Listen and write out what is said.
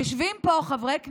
יושבים פה חברי כנסת,